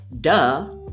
Duh